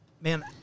man